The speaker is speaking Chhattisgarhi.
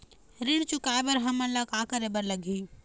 ऋण चुकाए बर हमन ला का करे बर लगही?